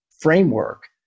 framework